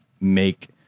make